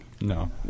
No